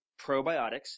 probiotics